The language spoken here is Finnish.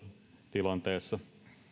tilanteessa